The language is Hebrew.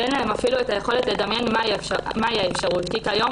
ואין להן אפילו את היכולת לדמיין מה היא האפשרות כי כיום